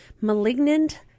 malignant